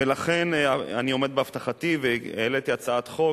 ולכן אני עומד בהבטחתי והעליתי הצעת חוק